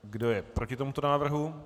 Kdo je proti tomuto návrhu?